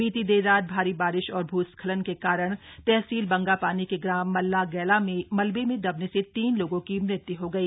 बीती देर रात भारी बारिश और भूस्खलन के कारण तहसील बंगापानी के ग्राम मल्ला गव्ना में मलबे में दबने से तीन लोगों की मृत्यु हो गई